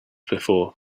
before